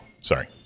sorry